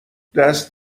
دست